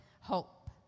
hope